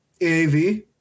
AAV